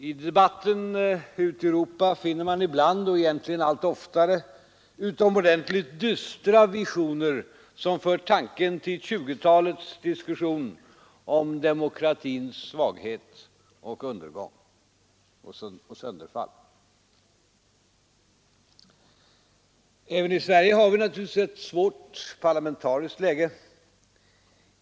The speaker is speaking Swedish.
I debatten ute i Europa finner man ibland — och egentligen allt oftare — utomordentligt dystra visioner, som för tanken till 1920-talets diskussion om demokra tins svaghet och sönderfall. Även i Sverige har vi naturligtvis ett svårt parlamentariskt läge.